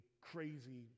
crazy